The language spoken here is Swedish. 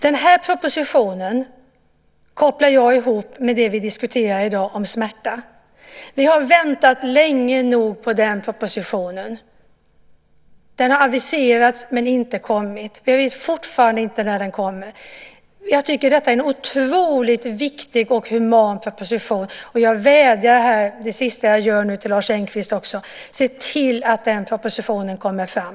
Den här propositionen kopplar jag ihop med det vi diskuterar i dag om smärta. Vi har väntat länge nog på den propositionen. Den har aviserats men inte kommit. Vi vet fortfarande inte när den kommer. Jag tycker att detta är en otroligt viktig och human proposition, och jag vädjar, det sista jag gör i dag, till Lars Engqvist: Se till att den propositionen kommer fram!